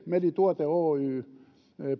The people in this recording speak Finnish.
medituote oy